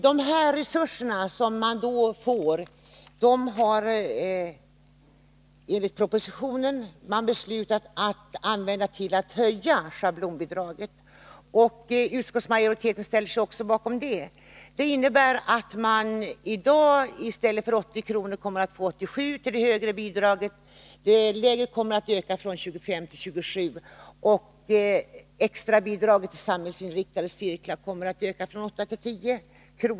De på detta sätt frigjorda resurserna skall enligt propositionen användas för att höja schablonbidraget. Utskottsmajoriteten har ställt sig bakom även detta förslag. Ett förverkligande av förslaget skulle innebära att man i dag när det gäller det högre bidraget kommer att få 87 kr. i stället för 80 kr. Det lägre bidraget kommer att höjs från 25 kr. till 27 kr. Vidare föreslås att tilläggsbidraget till samhällsinriktade cirklar höjs från 8 kr. till 10 kr.